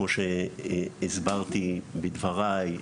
כמו שהסברתי בדבריי,